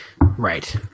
Right